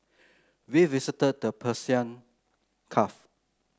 we visited the Persian Gulf